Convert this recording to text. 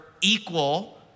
equal